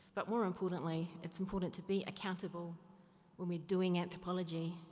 but more importantly, it's important to be accountable when we're doing anthropology,